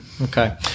Okay